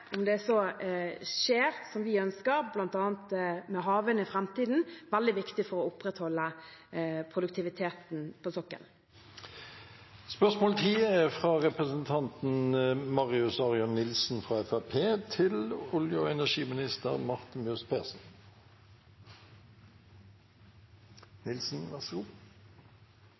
om det så skjer som vi ønsker, med bl.a. havvind i framtiden – er veldig viktig for å opprettholde produktiviteten på sokkelen.